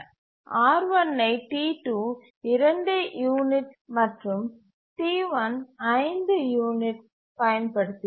R1 ஐ T2 2 units மற்றும் T1 5 units பயன்படுத்துகிறது